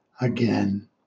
again